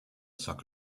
sock